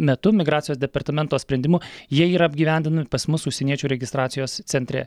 metu migracijos departamento sprendimu jie yra apgyvendinami pas mus užsieniečių registracijos centre